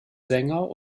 sänger